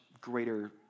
greater